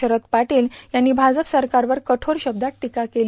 शरद पाटील यांनी भाजप सरकारवर कठोर शब्दात टिका केली